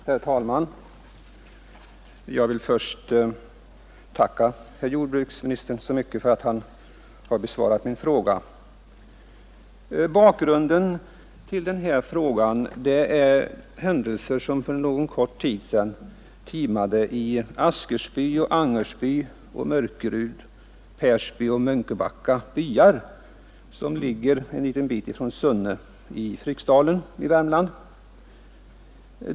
Herr talman! Jag vill först tacka jordbruksministern för att han har besvarat min fråga. Bakgrunden till frågan är händelser som för kort tid sedan timade i Askersby, Angersby, Mörkerud, Persby och Munkebacka byar, som ligger ett stycke från Sunne i Fryksdalen i Värmland.